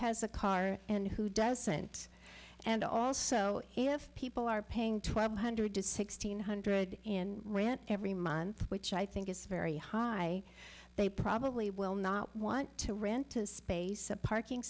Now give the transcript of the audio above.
has a car and who doesn't and also if people are paying one hundred sixteen hundred in rent every month which i think is very high they probably will not want to rent to space a parking